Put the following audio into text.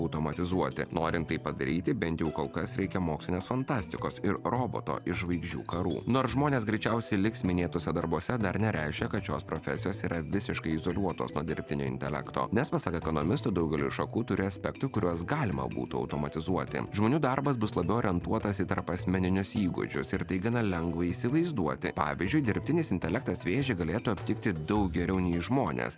automatizuoti norint tai padaryti bent jau kol kas reikia mokslinės fantastikos ir roboto iš žvaigždžių karų nors žmonės greičiausiai liks minėtuose darbuose dar nereiškia kad šios profesijos yra visiškai izoliuotos nuo dirbtinio intelekto nes pasak ekonomisto daugelyj šakų turi aspektų kuriuos galima būtų automatizuoti žmonių darbas bus labiau orientuotas į tarpasmeninius įgūdžius ir tai gana lengva įsivaizduoti pavyzdžiui dirbtinis intelektas vėžį galėtų aptikti daug geriau nei žmonės